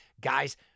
guys